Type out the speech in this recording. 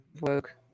woke